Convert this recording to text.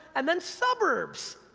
and then suburbs,